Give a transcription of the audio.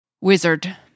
Wizard